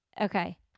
okay